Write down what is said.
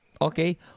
okay